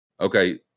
okay